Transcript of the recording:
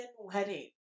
wedding